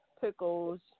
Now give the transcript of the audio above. pickles